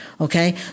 Okay